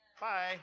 Bye